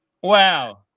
Wow